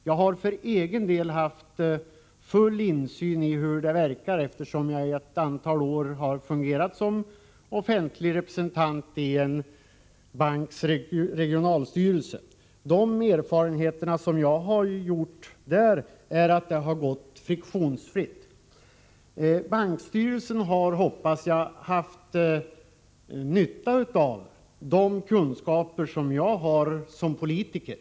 För egen del har jag haft full insyn i hur det hela verkar, eftersom jag under ett antal år har fungerat som offentlig representant i en banks regionalstyrelse. Enligt mina erfarenheter har arbetet gått friktionsfritt. Jag hoppas att bankstyrelsen har haft nytta av de kunskaper som jag har som politiker.